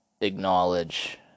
acknowledge